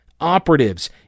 operatives